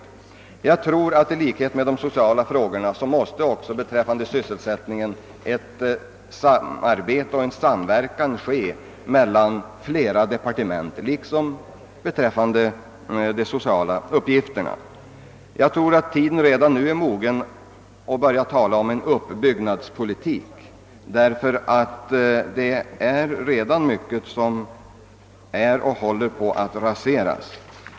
I likhet med vad som sker beträffande de sociala frågorna måste beträffande sysselsättningen ett samarbete och en samverkan åstadkommas mellan flera departement. Tiden är mogen att börja tala om en uppbyggnadspolitik, ty mycket håller redan på att raseras.